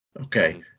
Okay